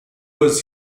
was